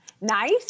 nice